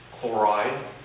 Chloride